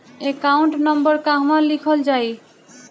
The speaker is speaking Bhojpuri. एकाउंट नंबर कहवा लिखल जाइ?